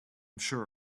sure